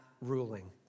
ruling